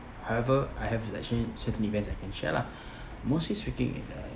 however I have actually certain events I can share lah mostly speaking